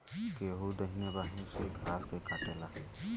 केहू दहिने बाए से घास के काटेला